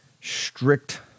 strict